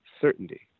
certainty